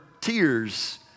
tears